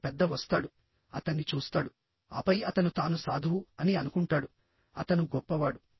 గ్రామ పెద్ద వస్తాడుఅతన్ని చూస్తాడు ఆపై అతను తాను సాధువు అని అనుకుంటాడు అతను గొప్పవాడు